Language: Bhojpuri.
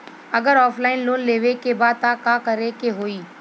अगर ऑफलाइन लोन लेवे के बा त का करे के होयी?